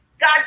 God